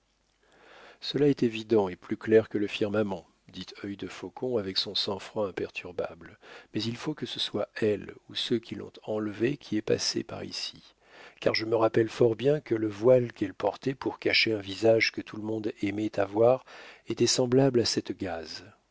cela est évident et plus clair que le firmament dit œilde faucon avec son sang-froid imperturbable mais il faut que ce soit elle ou ceux qui l'ont enlevée qui aient passé par ici car je me rappelle fort bien que le voile qu'elle portait pour cacher un visage que tout le monde aimait à voir était semblable à cette gaze